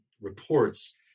reports